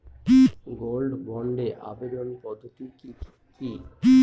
Gold বন্ডে আবেদনের পদ্ধতিটি কি?